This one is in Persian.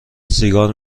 سیگار